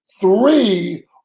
Three